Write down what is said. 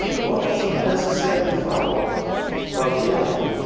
one does not necessarily follow from the other.